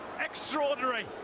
extraordinary